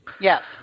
Yes